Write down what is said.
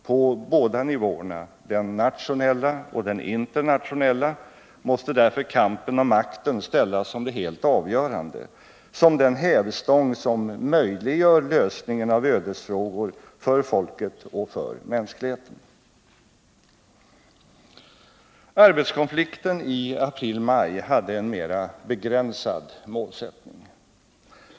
På båda nivåerna, den nationella och den internationella, måste därför kampen om makten ställas upp som helt avgörande, som den hävstång som möjliggör lösningen av ödesfrågor för folket och för mänskligheten. Arbetskonflikten i april-maj hade en mer begränsad målsättning.